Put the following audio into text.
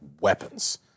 weapons